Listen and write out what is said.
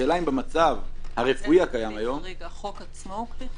השאלה אם במצב הרפואי הקיים היום --- החוק עצמו הוא כלי חריג?